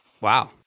Wow